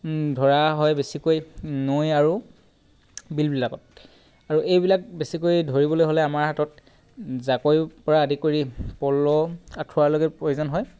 ধৰা হয় বেছিকৈ নৈ আৰু বিলবিলাকত আৰু এইবিলাক বেছিকৈ ধৰিবলৈ হ'লে আমাৰ হাতত জাকৈৰ পৰা আদি কৰি পল' আঁঠুৱাৰলৈকে প্ৰয়োজন হয়